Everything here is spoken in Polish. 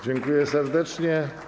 Dziękuję serdecznie.